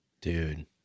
dude